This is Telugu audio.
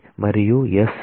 B మరియు s